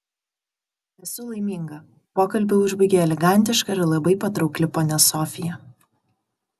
esu laiminga pokalbį užbaigė elegantiška ir labai patraukli ponia sofija